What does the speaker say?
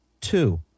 Two